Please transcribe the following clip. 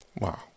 Wow